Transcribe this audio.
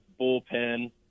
bullpen